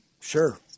sure